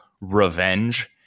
revenge